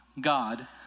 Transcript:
God